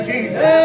Jesus